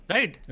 Right